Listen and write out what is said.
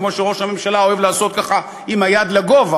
כמו שראש הממשלה אוהב לעשות ככה עם היד לגובה.